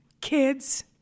kids